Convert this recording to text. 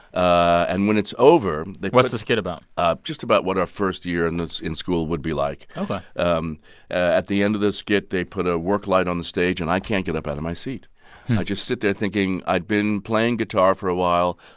and when it's over, they. what's the skit about? just about what our first year in the in school would be like ok um at the end of the skit, they put a work light on the stage, and i can't get up out of my seat. i just sit there thinking i'd been playing guitar for a while,